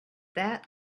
that